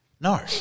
No